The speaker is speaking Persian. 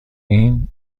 این